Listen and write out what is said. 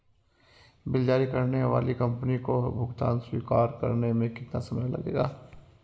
Bill जारी करने वाली कंपनी को भुगतान स्वीकार करने में कितना समय लगेगा?